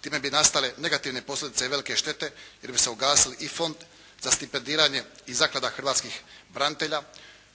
Time bi nastale negativne posljedice i velike štete, jer bi se ugasili i fond za stipendiranje i zaklada hrvatskih branitelja